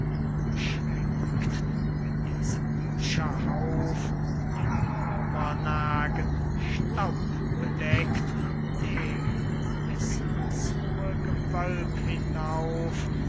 beschränkt mit diesem bücherhauf den würme nagen staub bedeckt den bis an's hohe gewölb hinauf